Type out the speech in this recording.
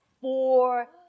four